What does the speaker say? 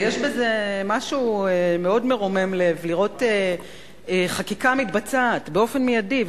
ויש בזה משהו מאוד מרומם לב לראות חקיקה מתבצעת באופן מיידי,